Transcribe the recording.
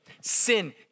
sin